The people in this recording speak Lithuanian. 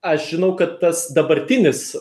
aš žinau kad tas dabartinis